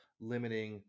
limiting